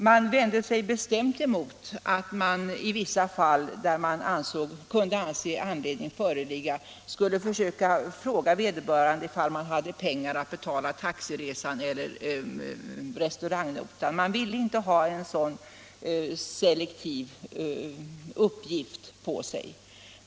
De vände sig bestämt mot att man i vissa fall, där man kunde anse anledning föreligga, skulle försöka fråga vederbörande om denne hade pengar att betala taxiresan eller restaurangnotan. De vill inte ha en sådan selektiv uppgift på sig.